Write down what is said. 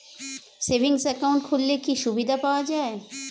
Savings account খুললে কি সুবিধা পাওয়া যায়?